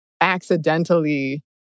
accidentally